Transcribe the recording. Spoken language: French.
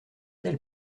tel